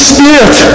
Spirit